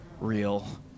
real